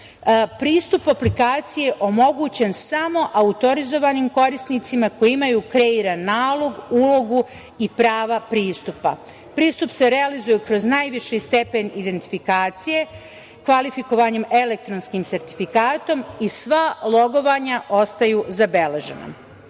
aplikaciji omogućen je samo autorizovanim korisnicima koji imaju kreiran nalog, ulogu i prava pristupa. Pristup se realizuje kroz najviši stepen identifikacije, kvalifikovanjem elektronskim sertifikatom i sva logovanja ostaju zabeležena. Na